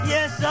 Yes